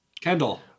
Kendall